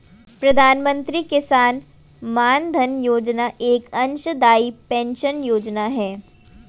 प्रधानमंत्री किसान मानधन योजना एक अंशदाई पेंशन योजना है